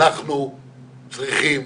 אנחנו צריכים